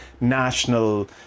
national